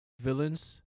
villains